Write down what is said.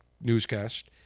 newscast